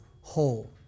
whole